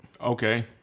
Okay